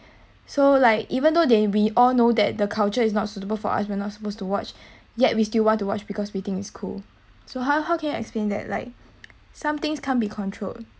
so like even though that we all know that the culture is not suitable for us we're not supposed to watch yet we still want to watch because we think is cool so how how can you explain that like some things can't be control